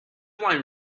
wine